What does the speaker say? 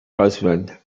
husband